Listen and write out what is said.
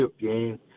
game